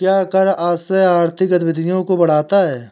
क्या कर आश्रय आर्थिक गतिविधियों को बढ़ाता है?